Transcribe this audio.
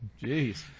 Jeez